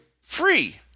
Free